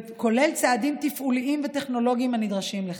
כולל צעדים תפעוליים וטכנולוגיים הנדרשים לכך.